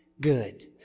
good